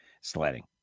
sledding